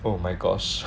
oh my gosh